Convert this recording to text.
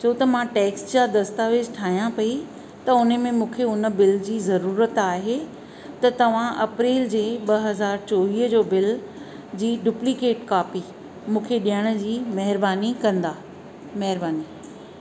छो त मां टैक्स जा दस्तावेज़ु ठाहियां पई त उने में मूंखे उन बिल जी ज़रुरत आहे त तव्हां अप्रेल जे ॿ हज़ार चोवीह जो बिल जी डुप्लीकेट कापी मूंखे ॾियण जी महिरबानी कंदा महिरबानी